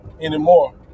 anymore